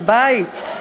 על בית.